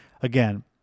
Again